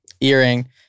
earring